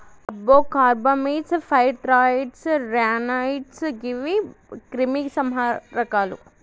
అబ్బో carbamates, pyrethroids, ryanoids గీవి క్రిమి సంహారకాలు